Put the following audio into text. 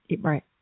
Right